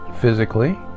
physically